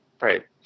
Right